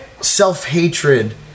self-hatred